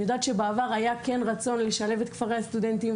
אני יודעת שבעבר היה רצון לשלב את כפרי הסטודנטים